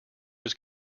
was